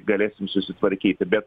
galėsim susitvarkyti bet